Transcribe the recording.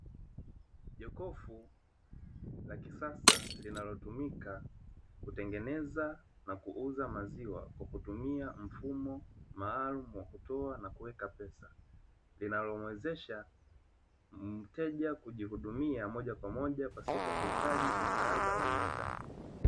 Jokofu la kisasa linalotumika kutengeneza na kuuza maziwa, kwa kutumia mfumo maalumu wa kutoa na kuweka pesa linalomuwezesha mteja kujihudumia moja kwa moja pasipo kuhitaji msaada wa muuzaji.